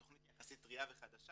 התכנית היא יחסית טרייה וחדשה